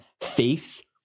face